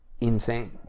insane